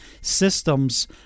systems